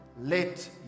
let